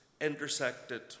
intersected